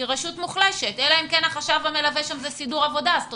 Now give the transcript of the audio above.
היא רשות מוחלשת אלא אם כן החשב המלווה שם הוא סידור עבודה ואם זה כך,